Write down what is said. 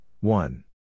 one